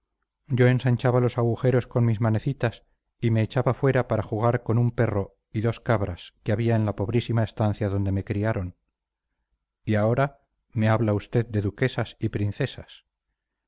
yo ensanchaba los agujeros con mis manecitas y me echaba fuera para jugar con un perro y dos cabras que había en la pobrísima estancia donde me criaron y ahora me habla usted de duquesas y princesas